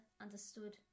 understood